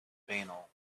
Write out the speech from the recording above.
banal